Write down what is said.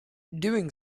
doing